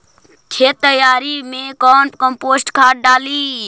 खेत तैयारी मे कौन कम्पोस्ट खाद डाली?